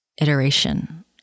iteration